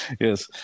Yes